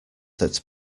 that